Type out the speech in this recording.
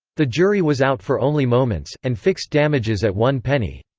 the jury was out for only moments, and fixed damages at one penny.